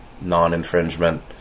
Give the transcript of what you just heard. non-infringement